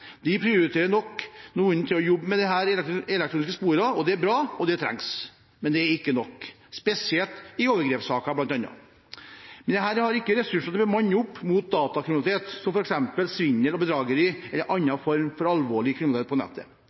De prioriterer nok noen til å jobbe med de elektroniske sporene – det er bra, og det trengs – men det er ikke nok, spesielt i overgrepssaker, bl.a. En har ikke ressurser til å bemanne opp mot datakriminalitet som f.eks. svindel og bedrageri eller annen form for alvorlig kriminalitet på nettet.